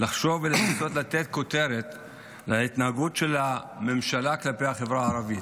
לחשוב ולנסות לתת כותרת להתנהגות של הממשלה כלפי החברה הערבית.